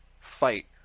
fight